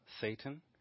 Satan